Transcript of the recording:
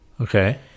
Okay